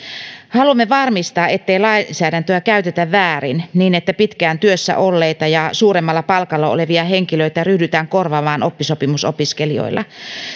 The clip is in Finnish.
haluamme varmistaa ettei lainsäädäntöä käytetä väärin niin että pitkään työssä olleita ja suuremmalla palkalla olevia henkilöitä ryhdytään korvaamaan oppisopimusopiskelijoilla